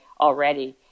already